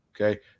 Okay